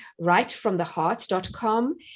writefromtheheart.com